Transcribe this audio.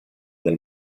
del